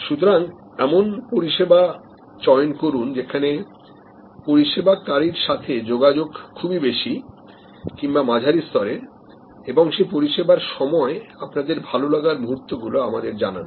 সুতরাং এমন পরিষেবা চয়ন করুন যেখানে পরিষেবা কারীর সাথে যোগাযোগ খুবই বেশি কিংবা মাঝারি স্তরের এবং সেই পরিষেবার সময় আপনাদের ভালো লাগার মুহূর্ত গুলো আমাদের জানান